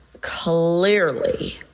clearly